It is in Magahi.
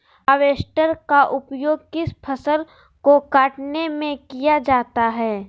हार्बेस्टर का उपयोग किस फसल को कटने में किया जाता है?